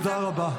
תודה רבה.